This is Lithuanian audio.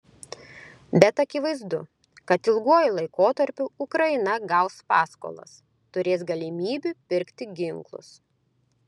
bet akivaizdu kad ilguoju laikotarpiu ukraina gaus paskolas turės galimybių pirkti ginklus